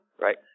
Right